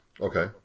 Okay